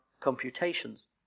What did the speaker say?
computations